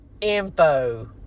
info